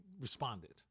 responded